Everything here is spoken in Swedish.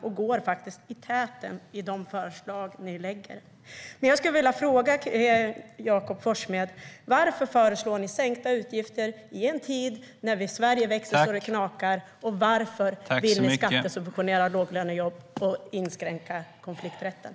Ni går i täten med de förslag ni lägger fram. Jag skulle vilja fråga Jakob Forssmed: Varför föreslår ni sänkta utgifter i en tid då Sverige växer så det knakar? Varför vill ni skattesubventionera låglönejobb och inskränka konflikträtten?